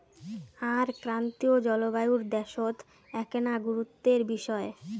আর ক্রান্তীয় জলবায়ুর দ্যাশত এ্যাকনা গুরুত্বের বিষয়